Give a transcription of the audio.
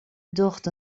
docht